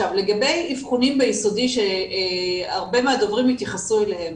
לגבי אבחונים ביסודי שהרבה מהדוברים התייחסו אליהם,